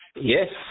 Yes